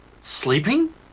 Sleeping